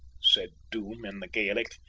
said doom in the gaelic,